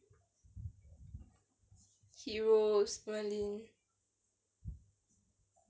heroes merlin